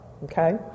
Okay